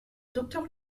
docteur